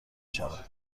شود